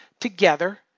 together